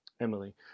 Emily